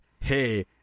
Hey